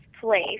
place